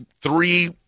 three